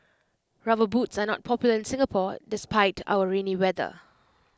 rubber boots are not popular in Singapore despite our rainy weather